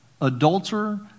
adulterer